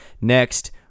next